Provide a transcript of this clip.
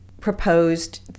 proposed